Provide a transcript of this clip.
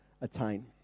attain